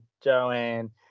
Joanne